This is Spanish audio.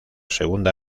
segunda